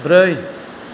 ब्रै